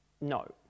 no